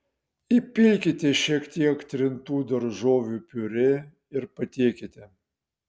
įpilkite šiek tiek trintų daržovių piurė ir patiekite